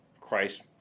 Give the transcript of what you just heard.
Christ